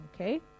Okay